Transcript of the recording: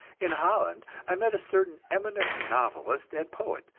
in holland i met a certain eminent novelist and poet,